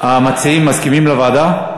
המציעים מסכימים לוועדה?